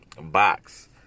box